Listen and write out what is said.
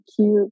cute